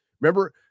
remember